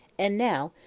and now,